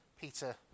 Peter